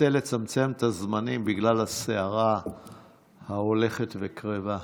ננסה לצמצם את הזמנים בגלל הסערה ההולכת וקרבה.